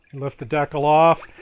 lift the deckle off.